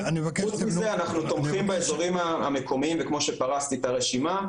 חוץ מזה אנחנו תומכים באזורים המקומיים וכמו שפרסתי את הרשימה,